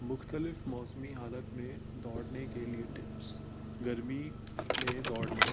مختلف موسمی حالت میں دوڑنے کے لیے ٹپس گرمی میں دوڑنا